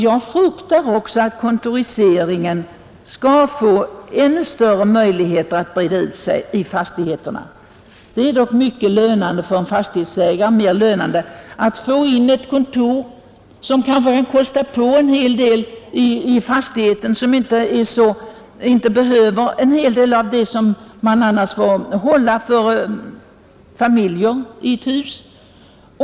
Jag fruktar också att kontoriseringen då får ännu större möjligheter att breda ut sig i fastigheterna. Det är ju ändå mera lönande för en fastighetsägare att hyra ut kontorslokaler där hyresgästen kanske kostar på en hel del själv eller inte behöver mycket av det som fastighetsägaren annars måste tillhandahålla för familjer i ett hus.